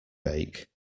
bake